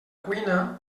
cuina